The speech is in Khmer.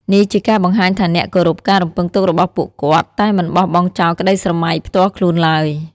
នេះជាការបង្ហាញថាអ្នកគោរពការរំពឹងទុករបស់ពួកគាត់ តែមិនបោះបង់ចោលក្ដីស្រមៃផ្ទាល់ខ្លួនឡើយ។